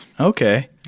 Okay